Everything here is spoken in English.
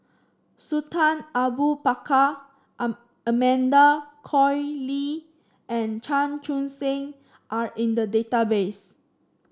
Sultan Abu Bakar Amanda Koe Lee and Chan Chun Sing are in the database